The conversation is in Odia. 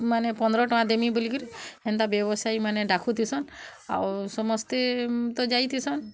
ମାନେ ପନ୍ଦର୍ ଟଙ୍କା ଦେମି ବୋଲିକିରି ହେନ୍ତା ବ୍ୟବସାୟୀମାନେ ଡାକୁଥିସନ୍ ଆଉ ସମସ୍ତେ ତ ଯାଇଥିସନ୍